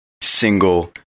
single